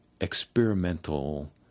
experimental